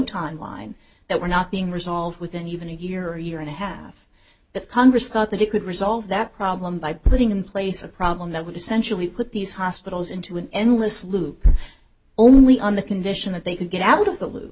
timeline that were not being resolved within even a year year and a half that congress thought that he could resolve that problem by putting in place a problem that would essentially put these hospitals into an endless loop only on the condition that they could get out of the loop